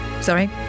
Sorry